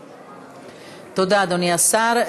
תודה, אדוני השר.